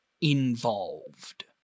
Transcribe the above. involved